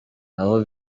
naho